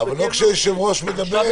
אבל לא כשהיושב-ראש מדבר.